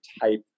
type